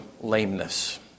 lameness